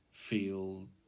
feel